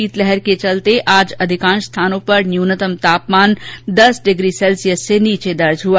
शीतलहर के चलते आज अधिकांश स्थानों पर न्यूनतम तापमान दस डिग्री सैल्सियस से नीचे दर्ज किया गया